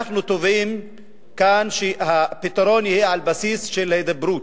אנחנו תובעים כאן שהפתרון יהיה על בסיס של הידברות,